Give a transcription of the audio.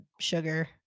sugar